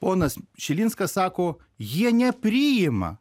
ponas šilinskas sako jie nepriima